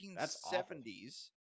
1970s